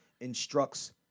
instructs